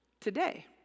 Today